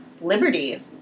Liberty